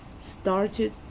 started